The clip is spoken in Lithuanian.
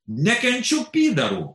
nekenčiu pydarų